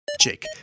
Jake